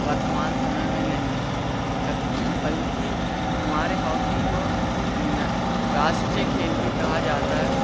वर्तमान समय में नहीं है बल्कि हमारे हॉकी को राष्ट्रीय खेल भी कहा जाता है